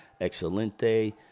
excelente